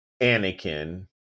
Anakin